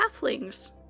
halflings